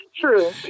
True